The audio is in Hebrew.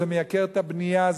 זה מייקר את הבנייה,